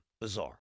Bizarre